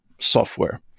software